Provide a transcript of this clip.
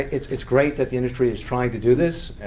it's it's great that the industry is trying to do this.